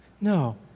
No